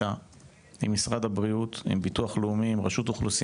בנוסף הביטוח הלאומי מפעיל מוקד טלפוני,